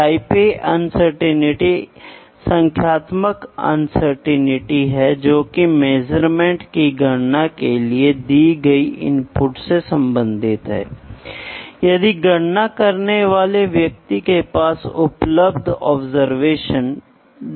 तो यहाँ ternary measurement में हमारे पास एक ऑब्जेक्ट होगा फिर यह एक अनुवाद होगा फिर आपके पास अनुवाद होगा और फिर आपके पास आउटपुट या ऑब्जर्वर आय होगी